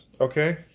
Okay